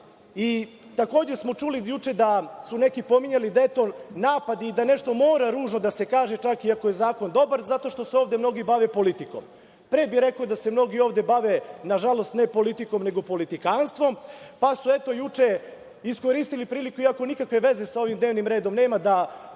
stvari. Juče smo čuli da su neki pominjali da je to napad i da nešto mora ružno da se kaže čak i ako je zakon dobar, zato što se ovde mnogi bave politikom. Pre bih rekao da se mnogi ovde bave nažalost ne politikom nego politikanstvom, pa su, eto, juče iskoristili priliku, iako nikakve veze sa ovim dnevnim redom nema, da